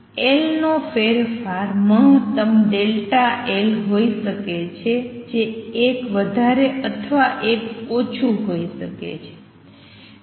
તેથી l નો ફેરફાર મહત્તમ ∆l હોઈ શકે છે જે એક વધારે અથવા એક ઓછું હોય શકે છે